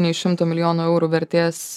nei šimto milijonų eurų vertės